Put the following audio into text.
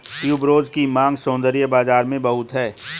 tuberose की मांग सौंदर्य बाज़ार में बहुत है